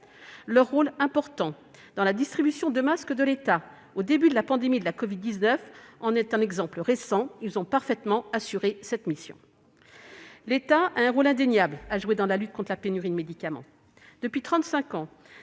Leur rôle important dans la distribution de masques de l'État au début de la pandémie de covid-19 en est un exemple récent ! Ils ont parfaitement assuré cette mission. L'État a indéniablement un rôle à jouer dans la lutte contre la pénurie de médicaments. Depuis